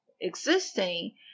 existing